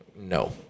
No